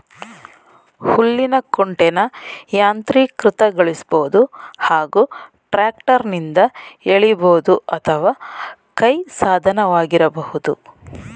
ಹುಲ್ಲಿನ ಕುಂಟೆನ ಯಾಂತ್ರೀಕೃತಗೊಳಿಸ್ಬೋದು ಹಾಗೂ ಟ್ರ್ಯಾಕ್ಟರ್ನಿಂದ ಎಳಿಬೋದು ಅಥವಾ ಕೈ ಸಾಧನವಾಗಿರಬಹುದು